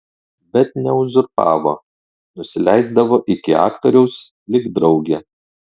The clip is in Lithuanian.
bet neuzurpavo nusileisdavo iki aktoriaus lyg draugė